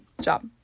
job